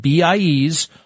BIEs